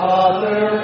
Father